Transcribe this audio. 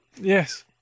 Yes